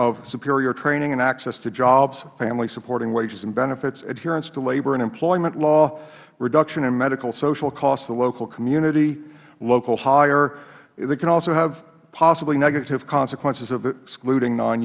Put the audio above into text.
of superior training and access to jobs family supporting wages and benefits adhered to labor and employment law reduction in medical social costs to local community local hire it can also have possible negative consequences of excluding non